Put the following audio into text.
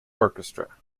orchestra